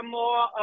more